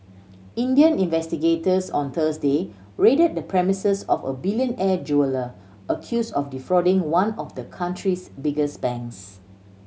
Indian investigators on Thursday raided the premises of a billionaire jeweller accused of defrauding one of the country's biggest banks